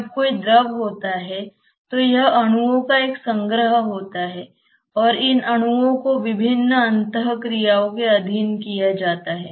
जब कोई द्रव होता है तो यह अणुओं का एक संग्रह होता है और इन अणुओं को विभिन्न अंतःक्रियाओं के अधीन किया जाता है